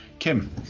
Kim